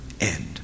end